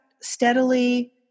steadily